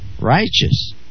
righteous